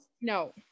no